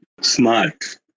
Smart